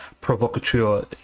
provocateur